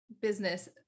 business